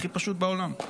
הכי פשוט בעולם.